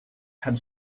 had